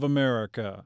America